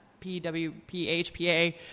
PWPHPA